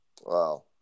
Wow